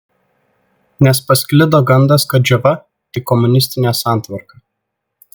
nes pasklido gandas kad džiova tai komunistinė santvarka